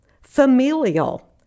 familial